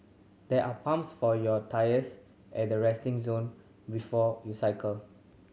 there are pumps for your tyres at the resting zone before you cycle